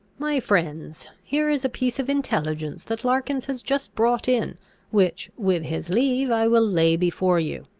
my friends, here is a piece of intelligence that larkins has just brought in which, with his leave, i will lay before you.